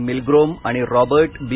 Milgrom आणि Robert बी